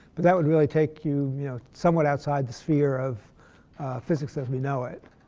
but that would really take you you know somewhat outside the sphere of physics as we know it.